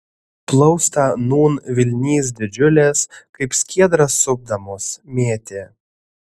plaustą nūn vilnys didžiulės kaip skiedrą supdamos mėtė